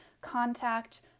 contact